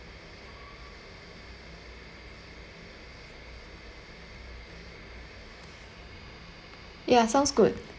ya sounds good